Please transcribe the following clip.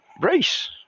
race